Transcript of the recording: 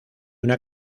una